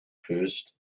first